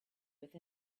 with